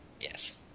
yes